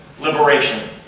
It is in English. liberation